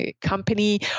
company